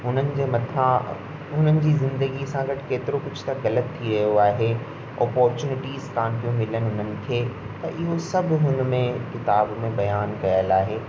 हुननि जे मथां हुननि जी ज़िंदगी सां गॾु केतिरो कुझु त ग़लति थी वियो आहे ऑपोर्चुनिटीस कोन थियूं मिलनि हुननि खे त इहो सभु हुनमें किताब में बयानु कयल आहे